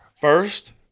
First